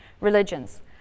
religions